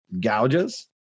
gouges